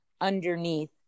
underneath